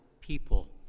people